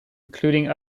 including